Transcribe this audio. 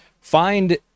find